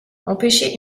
empêcher